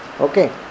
okay